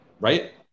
right